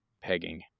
pegging